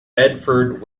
bedford